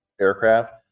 aircraft